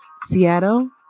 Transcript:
Seattle